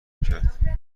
کرد